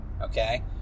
okay